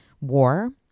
war